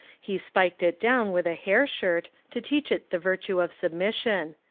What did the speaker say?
he spiked it down with a hair shirt to teach it the virtue of submission.